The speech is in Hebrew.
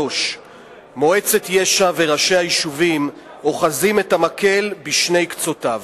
3. מועצת יש"ע וראשי היישובים אוחזים את המקל בשני קצותיו: